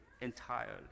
entirely